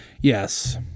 yes